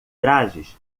trajes